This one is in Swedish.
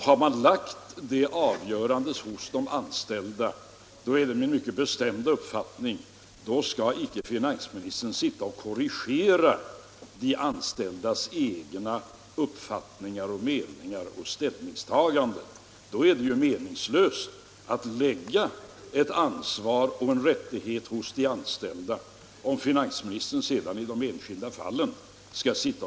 Har man lagt avgörandet hos de anställda, så är det min bestämda uppfattning att finansministern inte skall korrigera de anställdas egna uppfattningar och ställningstaganden. Det vore ju meningslöst att lägga en rättighet och ett ansvar hos de anställda, om finansministern i de enskilda fallen skulle kunna korrigera besluten.